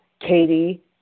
Katie